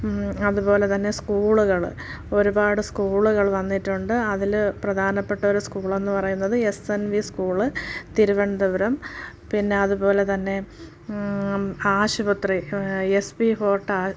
അതുപോലെ തന്നെ സ്കൂളുകൾ ഒരുപാട് സ്കൂളുകൾ വന്നിട്ടുണ്ട് അതിൽ പ്രധാനപ്പെട്ട ഒരു സ്കൂളെന്ന് പറയുന്നത് S N V school Thiruvananthapuram പിന്നെ അതുപോലെ തന്നെ ആശുപത്രി എസ് പി ഫോർട്ട് ആ